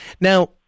Now